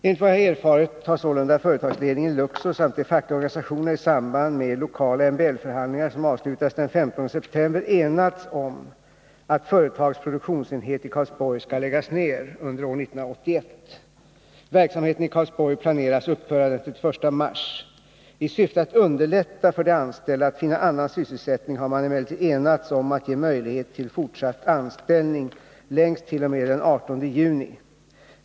Enligt vad jag har erfarit har sålunda företagsledningen i Luxor samt de fackliga organisationerna i samband med lokala MBL-förhandlingar som avslutades den 15 september enats om att företagets produktionsenhet i Karlsborg skall läggas ned under år 1981. Verksamheten i Karlsborg planeras upphöra den 31 mars. I syfte att underlätta för de anställda att finna annan sysselsättning har man emellertid enats om att ge möjlighet till fortsatt anställning gstt.o.m. den 18 juni.